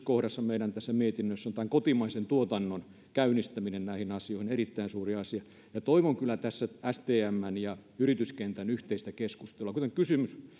kohdassa tässä meidän mietinnössä on tämän kotimaisen tuotannon käynnistäminen näissä asioissa se on erittäin suuri asia ja toivon kyllä tässä stmn ja yrityskentän yhteistä keskustelua kuten kysymys